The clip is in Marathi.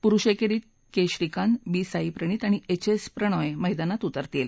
पुरुष एकेरीत किदंबी श्रीकांत बी साईप्रणित आणि एव एस प्रणाय मैदानात उतरतील